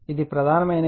ఇది ప్రధానమైనవి